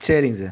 சரிங்க சார்